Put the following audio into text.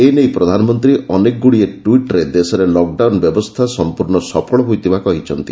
ଏ ନେଇ ପ୍ରଧାନମନ୍ତ୍ରୀ ଅନେକଗୁଡ଼ିଏ ଟ୍ୱିଟ୍ରେ ଦେଶରେ ଲକଡାଉନ ବ୍ୟବସ୍ଥା ସଫ୍ର୍ଣ୍ଣ ସଫଳ ହୋଇଥିବା କହିଛନ୍ତି